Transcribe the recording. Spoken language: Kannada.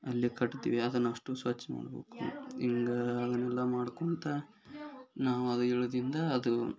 ಅಲ್ಲಿ ಕಟ್ತೀವಿ ಅದನ್ನು ಅಷ್ಟೂ ಸ್ವಚ್ಛ ಮಾಡಬೇಕು ಹಿಂಗ ಅದನ್ನೆಲ್ಲ ಮಾಡ್ಕೊತ ನಾವು ಅದು ಇಳಿದಿಂದ ಅದು